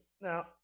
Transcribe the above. now